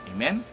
Amen